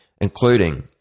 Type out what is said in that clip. including